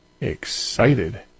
excited